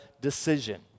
decision